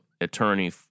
attorney